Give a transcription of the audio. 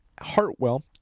Hartwell